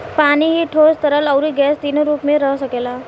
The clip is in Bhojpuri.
पानी ही ठोस, तरल, अउरी गैस तीनो रूप में रह सकेला